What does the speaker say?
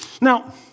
Now